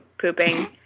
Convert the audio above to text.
pooping